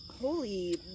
Holy